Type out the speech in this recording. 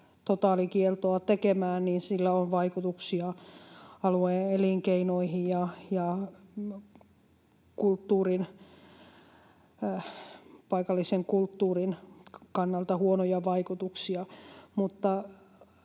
totaalikieltoa tekemään, niin sillä on vaikutuksia alueen elinkeinoihin ja huonoja vaikutuksia